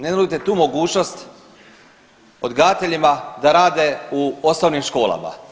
Ne nudite tu mogućnost odgajateljima da rade u osnovnim školama.